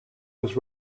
was